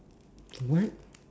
what